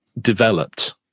developed